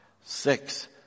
six